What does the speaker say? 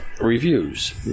reviews